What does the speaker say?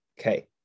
Okay